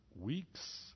weeks